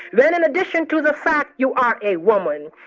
then, in addition to the fact, you are a woman,